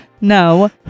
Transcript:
No